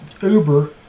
Uber